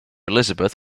elizabeth